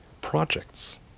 projects